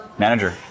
manager